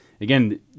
again